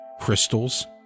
Crystals